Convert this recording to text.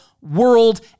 world